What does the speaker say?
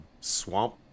swamp